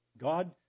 God